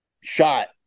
shot